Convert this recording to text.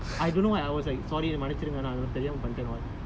I I just want to see sorry but I told him my custom